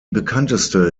bekannteste